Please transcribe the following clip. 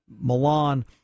Milan